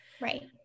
Right